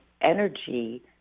energy